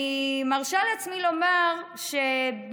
אני מרשה לעצמי לומר שביטול